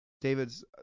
David's